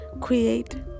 create